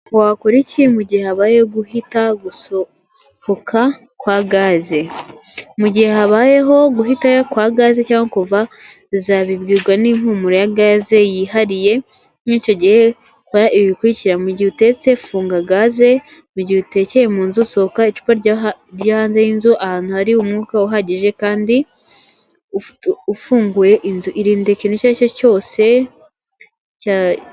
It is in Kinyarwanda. Wakora iki mugihe habayeho guhita, gusohoka kwa gaze? Mugihe habayeho guhita kwa gaze cyangwa kuva uzabibwirwa n'impumuro ya gaze yihariye. Muri icyo gihe kora ibi bikurikira: Mu gihe utetse funga gaze, mu gihe utekeye mu nzu usohoka, icupa rijye hanze y'inzu ahantu hari umwuka uhagije kandi ufunguye inzu. Irinde ikintu icyo ari cyo cyose cya.